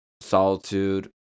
solitude